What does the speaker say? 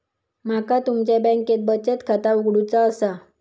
माका तुमच्या बँकेत बचत खाता उघडूचा असा?